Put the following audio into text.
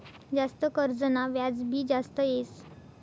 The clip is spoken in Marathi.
जास्त कर्जना व्याज भी जास्त येस